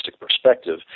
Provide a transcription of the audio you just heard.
perspective